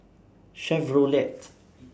Chevrolet